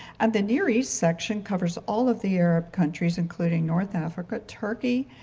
and the near east section covers all of the arab countries including north africa, turkey,